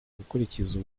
gukurikiza